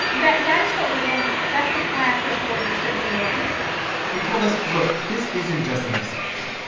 that that is what we're dealing with. that's the class of hoarders that we're dealing with they told us, look this isn't just an obsession.